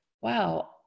wow